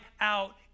out